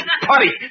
Putty